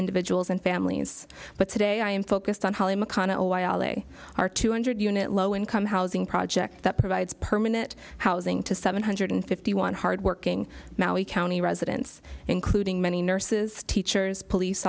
individuals and families but today i am focused on holly mcconnell while they are two hundred unit low income housing project that provides permanent housing to seven hundred fifty one hardworking maui county residents including many nurses teachers police